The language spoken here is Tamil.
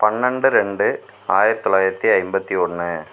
பன்னண்டு ரெண்டு ஆயிரத்தி தொள்ளாயிரத்தி ஐம்பத்தி ஒன்று